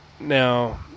Now